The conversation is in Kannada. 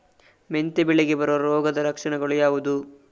ಮೆಂತೆ ಬೆಳೆಗೆ ಬರುವ ರೋಗದ ಲಕ್ಷಣಗಳು ಯಾವುದು?